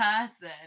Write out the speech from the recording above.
person